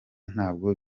ntabwo